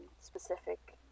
specific